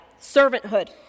servanthood